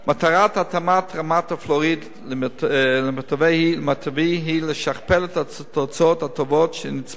מטרת התאמת רמת הפלואוריד למיטבי היא לשכפל את התוצאות הטובות שנצפו